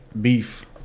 Beef